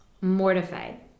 mortified